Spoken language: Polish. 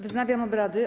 Wznawiam obrady.